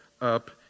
up